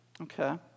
Okay